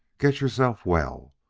get yourself well.